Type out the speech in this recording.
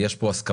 יש כאן הסכמות